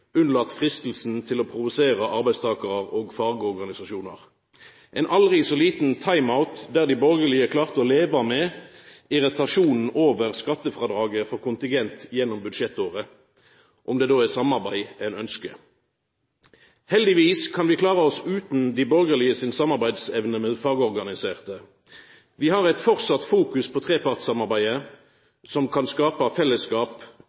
vera freistinga til å provosera arbeidstakarar og fagorganisasjonar – ein aldri så liten time-out, der dei borgarlege klarte å leva med irritasjonen over skattefrådraget for kontingent gjennom budsjettåret, om det då er samarbeid ein ønskjer. Heldigvis kan vi klara oss utan dei borgarlege si evne til samarbeid med fagorganiserte. Vi har stadig fokus på trepartssamarbeidet som kan skapa fellesskap,